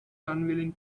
unwilling